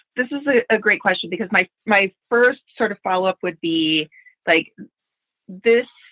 this is a great question because my my first sort of follow up would be like this